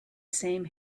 same